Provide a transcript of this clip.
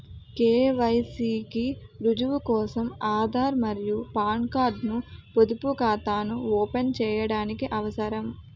KYC కి రుజువు కోసం ఆధార్ మరియు పాన్ కార్డ్ ను పొదుపు ఖాతాను ఓపెన్ చేయడానికి అవసరం